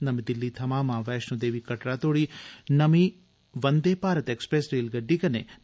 नमीं दिल्ली थमां मां वैष्णो देवी कटड़ा तोड़ी नमीं वंदे भारत एक्सप्रेस रेलगड्डी कन्नै न